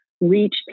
reach